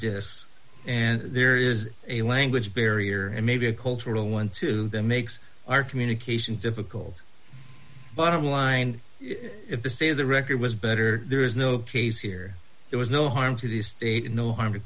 just and there is a language barrier and maybe a cultural one too that makes our communication difficult bottom line if the state of the record was better there is no case here there was no harm to the state and no harm to